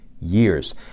years